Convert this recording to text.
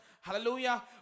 Hallelujah